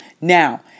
Now